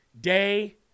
Day